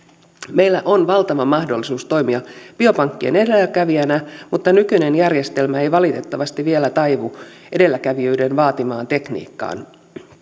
meillä on valtava mahdollisuus toimia biopankkien edelläkävijänä mutta nykyinen järjestelmä ei valitettavasti vielä taivu edelläkävijyyden vaatimaan tekniikkaan